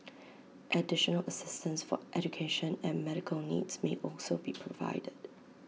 additional assistance for education and medical needs may also be provided